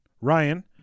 Ryan